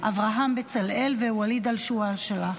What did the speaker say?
אברהם בצלאל וואליד אלהואשלה.